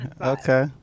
okay